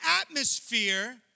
atmosphere